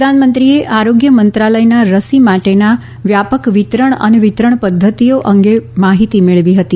પ્રધાનમંત્રીએ આરોગ્ય મંત્રાલયના રસી માટેના વ્યાપક વિતરણ અને વિતરણ પદ્ધતિઓ અંગે માહિતી મેળવી હતી